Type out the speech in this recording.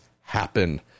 happen